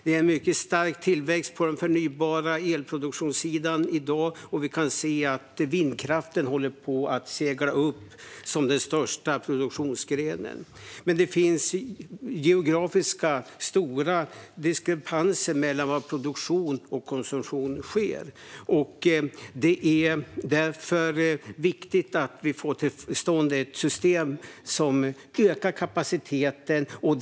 Det är en mycket stark tillväxt på den förnybara elproduktionssidan i dag. Vindkraften håller på att segla upp som den största produktionsgrenen. Men det finns stora geografiska diskrepanser mellan var produktion och konsumtion sker. Det är därför viktigt att vi får till stånd ett system som ökar kapaciteten.